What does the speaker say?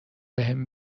بهم